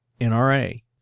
NRA